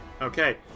Okay